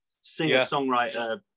singer-songwriter